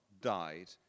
died